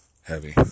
heavy